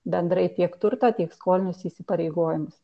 bendrai tiek turto tiek skolinius įsipareigojimus